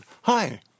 Hi